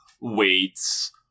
weights